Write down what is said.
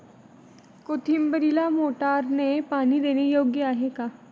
कोथिंबीरीला मोटारने पाणी देणे योग्य आहे का?